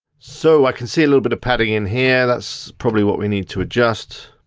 so i can see a little bit of padding in here, that's probably what we need to adjust.